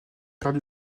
perdu